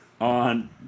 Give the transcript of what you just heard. on